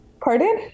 Pardon